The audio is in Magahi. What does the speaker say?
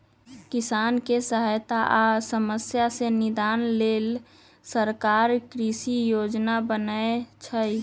किसानके सहायता आ समस्या से निदान लेल सरकार कृषि योजना बनय छइ